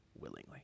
willingly